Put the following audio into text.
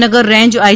Bhavnagar રેન્જઆઇ